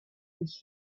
his